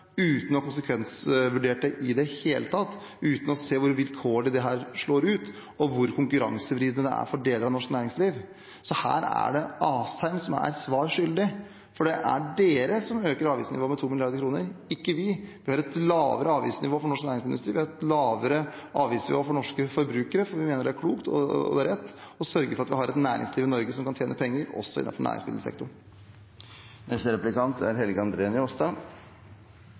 uten å ha konsekvensvurdert det i det hele tatt, uten å se hvor vilkårlig dette slår ut, og hvor konkurransevridende det er for deler av norsk næringsliv. Så her er det Asheim som er svar skyldig, for det er de som øker avgiftsnivået med 2 mrd. kr, ikke vi. Vi har et lavere avgiftsnivå for norsk næringsmiddelindustri, vi har et lavere avgiftsnivå for norske forbrukere, for vi mener det er klokt og rett å sørge for at vi har et næringsliv i Norge som kan tjene penger, også innenfor næringsmiddelsektoren. Når representanten Slagsvold Vedum snakkar om «vi», er